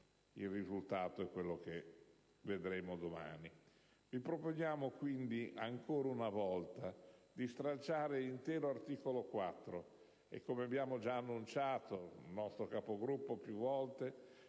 il risultato è quello che vedremo domani.